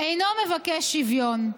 אינו מבקש שוויון.